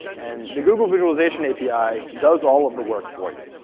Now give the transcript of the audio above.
and the google visualization api does all of the work for you.